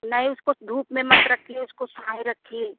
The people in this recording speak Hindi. नहीं उसको धूप में मत रखिए उसको साए रखिए